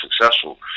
successful